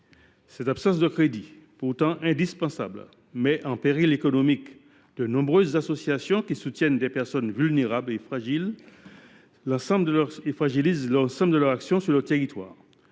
Cette absence de crédits pourtant indispensables met en péril économique de nombreuses associations qui soutiennent des personnes vulnérables et fragilise l’ensemble de leur action sur le territoire.